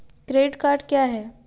Credit card क्या है?